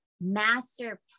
master